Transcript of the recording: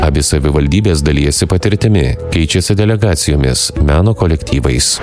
abi savivaldybės dalijasi patirtimi keičiasi delegacijomis meno kolektyvais